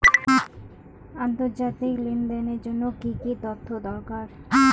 আন্তর্জাতিক লেনদেনের জন্য কি কি তথ্য দরকার?